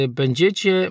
będziecie